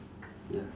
ya